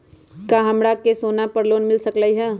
का हमरा के सोना पर लोन मिल सकलई ह?